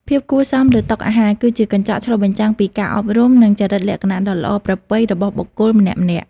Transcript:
ភាពគួរសមលើតុអាហារ គឺជាកញ្ចក់ឆ្លុះបញ្ចាំងពីការអប់រំ និងចរិតលក្ខណៈដ៏ល្អប្រពៃរបស់បុគ្គលម្នាក់ៗ។